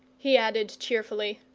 he added, cheerfully.